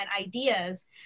ideas